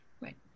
right